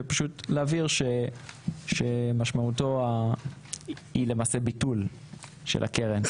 להבהיר שמשמעותו היא למעשה ביטול של הקרן,